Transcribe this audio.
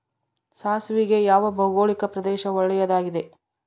ಸಾಸಿವೆಗೆ ಯಾವ ಭೌಗೋಳಿಕ ಪ್ರದೇಶ ಒಳ್ಳೆಯದಾಗಿದೆ?